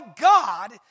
God